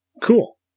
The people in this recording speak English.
Cool